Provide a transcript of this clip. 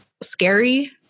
scary